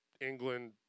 England